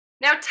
now